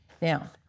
Now